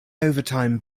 overtime